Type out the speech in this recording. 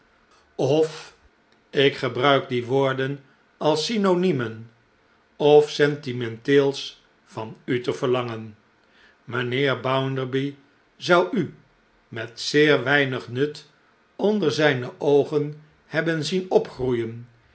of ik gebruik die woorden als synoniemen of sentimenteels van u te verlangen mijnheer bounderby zou u met zeer weinig nut onder zijne oogen hebben zien opgroeien